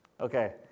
Okay